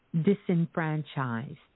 disenfranchised